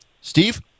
Steve